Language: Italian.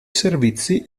servizi